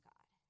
God